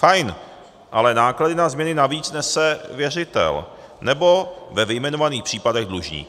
Fajn, ale náklady na změny navíc nese věřitel nebo ve vyjmenovaných případech dlužník.